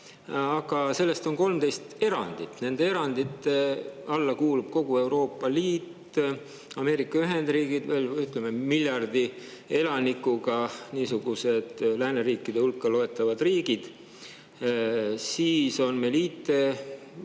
aga sellel on 13 erandit. Nende erandite alla kuulub kogu Euroopa Liit, Ameerika Ühendriigid, veel [kokku] miljardi elanikuga lääneriikide hulka loetavad riigid. Siis on meil